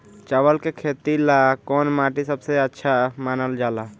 चावल के खेती ला कौन माटी सबसे अच्छा मानल जला?